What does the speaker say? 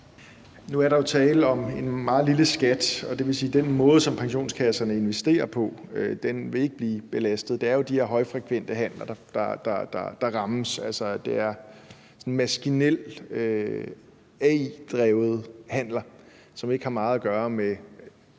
Nu er der jo tale om en meget lille skat. Det vil sige, at den måde, som pensionskasserne investerer på, ikke vil blive belastet. Det er jo de her højfrekvente handler, der rammes. Det er maskinelle, AI-drevne handler, som ikke har meget at gøre med